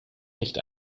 nicht